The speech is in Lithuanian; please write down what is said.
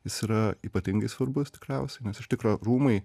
jis yra ypatingai svarbus tikriausiai nes iš tikro rūmai